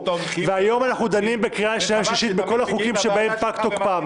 והיום אנחנו דנים בקריאה שנייה ושלישית בכל החוקים שפג תוקפם.